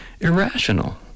irrational